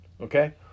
okay